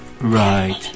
Right